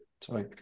Sorry